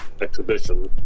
exhibition